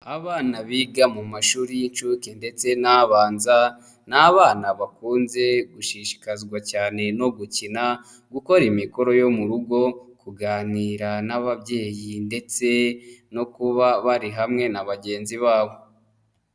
Abana biga mu mashuri y'inshuke ndetse n'abanza, ni abana bakunze gushishikazwa cyane no gukina, gukora imikoro yo mu rugo, kuganira n'ababyeyi ndetse no kuba bari hamwe na bagenzi babo.